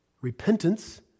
repentance